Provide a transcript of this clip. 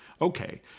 Okay